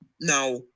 Now